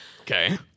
okay